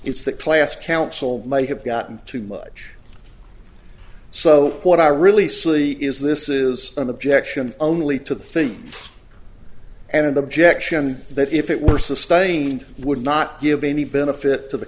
it's that class council may have gotten too much so what are really silly is this is an objection only to the thing and an objection that if it were sustained would not give any benefit to the